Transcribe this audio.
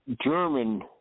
German